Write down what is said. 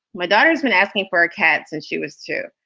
my daughter's been asking for a cat since she was two.